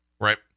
Right